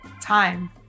time